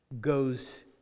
goes